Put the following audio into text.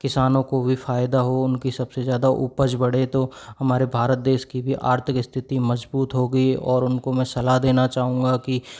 किसानों को भी फ़ायदा हो उनकी सब से ज़्यादा उपज बढ़े तो हमारे भारत देश की भी आर्थिक स्थिति मज़बूत होगी और उनको मैं सलाह देना चाहूँगा कि